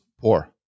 poor